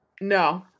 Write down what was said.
No